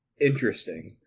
Interesting